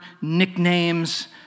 nicknames